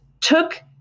took